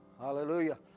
Hallelujah